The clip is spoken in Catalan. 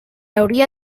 hauria